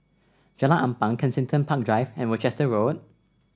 Jalan Ampang Kensington Park Drive and Worcester Road